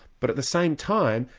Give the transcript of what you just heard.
but at the same time,